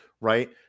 Right